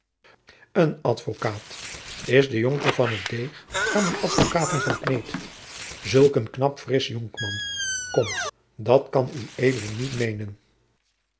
een advocaat is de jonker van het deeg daar men advocaten van kneedt zulk een knap fiksch jonkman kom dat kan ued niet meenen